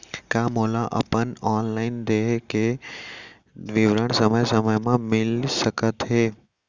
का मोला अपन ऑनलाइन देय के विवरण समय समय म मिलिस सकत हे?